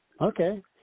okay